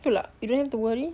itu lah you don't have to worry